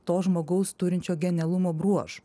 to žmogaus turinčio genialumo bruožų